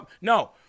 No